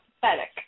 pathetic